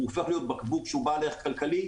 הוא הופך להיות בקבוק שהוא בעל ערך כלכלי,